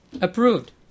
Approved